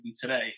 today